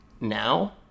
now